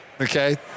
okay